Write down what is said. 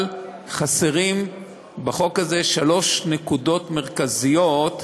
אבל חסרות בחוק הזה שלוש נקודות מרכזיות,